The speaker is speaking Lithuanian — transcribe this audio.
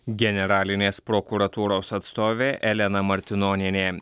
generalinės prokuratūros atstovė elena martinonienė